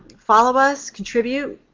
follow us. contribute.